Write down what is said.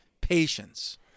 patience